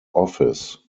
office